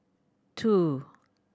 two